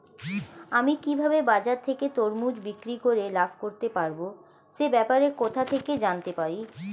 আমি কিভাবে বাজার থেকে তরমুজ বিক্রি করে লাভ করতে পারব সে ব্যাপারে কোথা থেকে জানতে পারি?